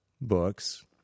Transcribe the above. books